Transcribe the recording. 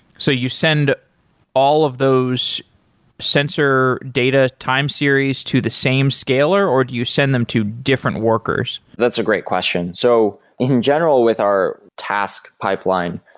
so you send all of those sensor data time series to the same scale or or do you send them to different workers? that's a great question. so in general, with our task pipeline,